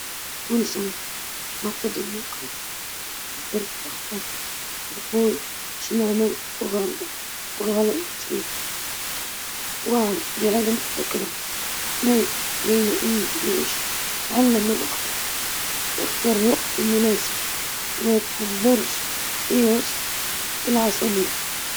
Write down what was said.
تكون صادق في اعتذارك، تعترف بخطأك وتوضح سبب الخطأ وتوضح مدى ندمك، وتعتذر بكل احترام، وتكون مستعد للإصلاح إذا كان ممكن.